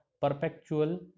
perpetual